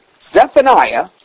Zephaniah